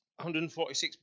146